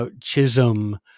Chisholm